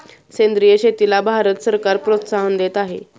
सेंद्रिय शेतीला भारत सरकार प्रोत्साहन देत आहे